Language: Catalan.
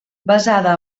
basada